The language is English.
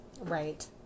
Right